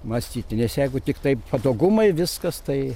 mąstyti nes jeigu tiktai patogumai viskas tai